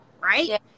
right